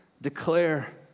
declare